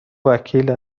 وکیل